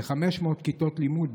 כ-500 כיתות לימוד,